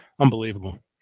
unbelievable